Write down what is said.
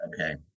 Okay